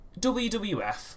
WWF